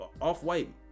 off-white